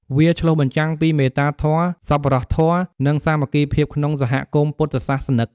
ទាំងព្រះសង្ឃ និងពុទ្ធបរិស័ទសុទ្ធតែមានតួនាទីរៀងៗខ្លួនក្នុងការធានាថាភ្ញៀវមានអារម្មណ៍កក់ក្ដៅ និងបានទទួលការយកចិត្តទុកដាក់ខ្ពស់បំផុត។